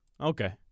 Okay